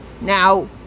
Now